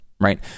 Right